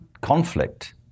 conflict